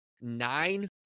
nine